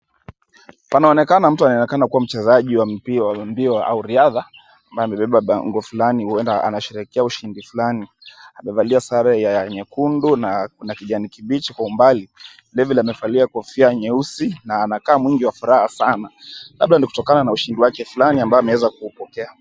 Panaonekana mtu anaonekana kuwa mchezaji wa mpira wa mbio au riadha, ambaye amebeba bango fulani ambaye anasherekea ushindi fulani. Amevalia sare ya nyekundu na kuna kijani kibichi kwa umbali. Vile vile amevalia kofia nyeusi na anakaa mwingi wa furaha sana, labda ni kuokana na ushindi wake fulani ambao ameeza kuupokea.